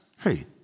Hey